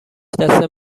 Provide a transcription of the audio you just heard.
دست